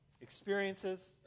experiences